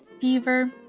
fever